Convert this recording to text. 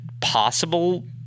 possible